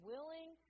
Willing